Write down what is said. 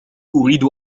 أريد